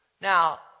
Now